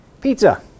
Pizza